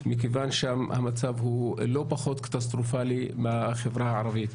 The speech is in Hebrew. מכיוון שהמצב הוא לא פחות קטסטרופלי מאשר בחברה הערבית.